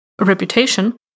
reputation